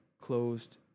closed